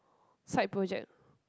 side project